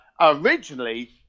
originally